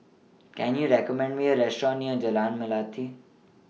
Can YOU recommend Me A Restaurant near Jalan Melati